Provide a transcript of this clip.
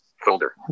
Folder